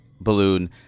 balloon